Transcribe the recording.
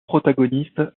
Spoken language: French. protagonistes